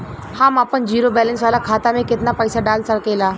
हम आपन zero balance वाला खाता मे केतना पईसा डाल सकेला?